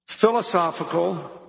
philosophical